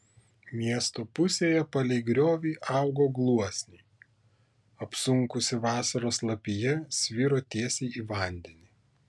miesto pusėje palei griovį augo gluosniai apsunkusi vasaros lapija sviro tiesiai į vandenį